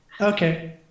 Okay